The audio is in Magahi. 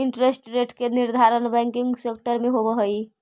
इंटरेस्ट रेट के निर्धारण बैंकिंग सेक्टर में होवऽ हई